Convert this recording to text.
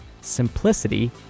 simplicity